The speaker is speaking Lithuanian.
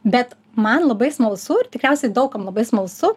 bet man labai smalsu ir tikriausiai daug kam labai smalsu